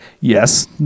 Yes